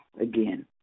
again